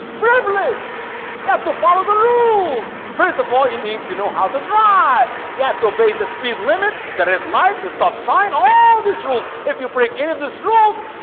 privilege you have to follow the rules first of all you need to know how to drive you have to obey the speed limit that red light the stop sign all these rules if you break any of these rules,